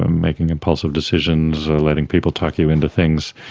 um making impulsive decisions, letting people talk you into things,